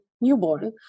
newborn